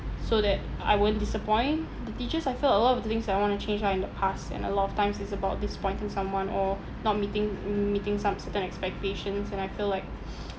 so that I won't disappoint the teachers I feel a lot of the things that I want to change are in the past and a lot of times it's about disappointing someone or not meeting m~ meeting some certain expectations and I feel like